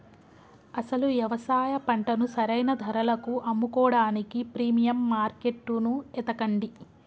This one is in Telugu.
అసలు యవసాయ పంటను సరైన ధరలకు అమ్ముకోడానికి ప్రీమియం మార్కేట్టును ఎతకండి